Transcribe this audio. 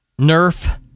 Nerf